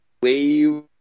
wave